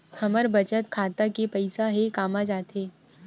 हमर बचत खाता के पईसा हे कामा जाथे?